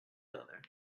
other